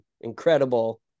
incredible